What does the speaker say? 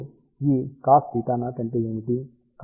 ఇప్పుడు ఈ cosθ0 అంటే ఏమిటి